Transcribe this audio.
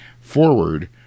forward